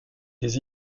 des